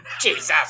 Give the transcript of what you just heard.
Jesus